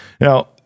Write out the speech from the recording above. Now